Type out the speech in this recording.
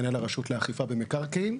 מנהל הרשות לאכיפה במקרקעין.